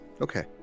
Okay